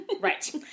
right